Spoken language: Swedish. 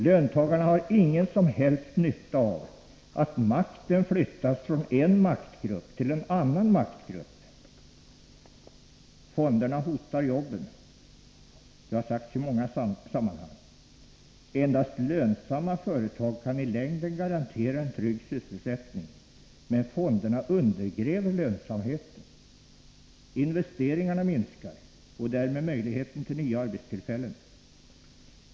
Löntagarna har ingen som helst nytta av att makten flyttas från en maktgrupp till en annan. Fonderna hotar jobben — det har sagts i många sammanhang. Endast lönsamma företag kan i längden garantera en trygg sysselsättning. Fonderna undergräver lönsamheten. Investeringarna minskar och därmed möjligheterna till nya arbetstillfällen.